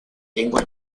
lengua